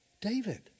David